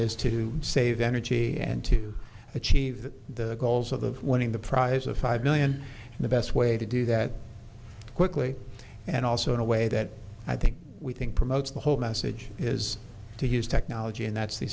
is to save energy and to achieve the goals of winning the prize of five million the best way to do that quickly and also in a way that i think we think promotes the whole message is to use technology and that the